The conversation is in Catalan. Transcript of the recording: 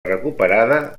recuperada